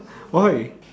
why